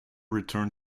returned